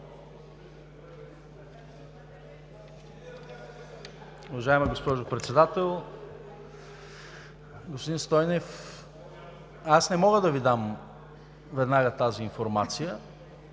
Уважаема госпожо Председател! Господин Стойнев, аз не мога да Ви дам веднага тази информация,